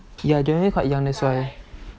ya generally quite young that's why